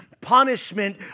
punishment